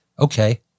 okay